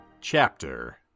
chapter